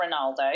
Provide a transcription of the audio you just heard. ronaldo